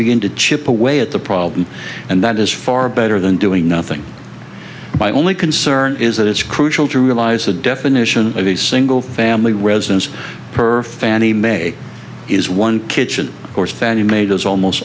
begin to chip away at the problem and that is far better than doing nothing my only concern is that it's crucial to realize the definition of a single family residence per fannie mae is one kitchen or fannie mae does almost